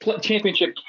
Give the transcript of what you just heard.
championship